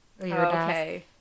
Okay